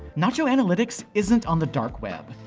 nacho analytics isn't on the dark web.